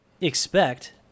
Expect